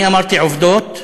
אני אמרתי עובדות.